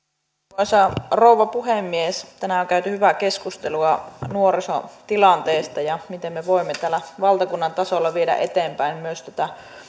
arvoisa rouva puhemies tänään on käyty hyvää keskustelua nuorison tilanteesta ja siitä miten me voimme täällä valtakunnan tasolla viedä eteenpäin myös tätä